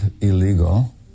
illegal